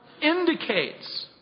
indicates